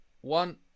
one